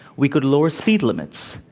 we could lower speed limits,